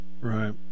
Right